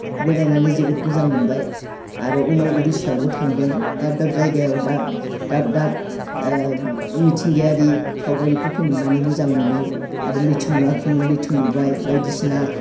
बेरायनानै जोबोद मोजां मोनबाय आरो उनाव उड़िसायावबो थांदों दाब दाब जायगायाव दा दाब दाब मिथिंगायारि सावगारिफोरखौ नुनानै मोजां मोनो आरो लैथो नुवाखैमोन लैथो नुबाय बायदिसिना